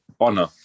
Honor